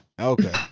Okay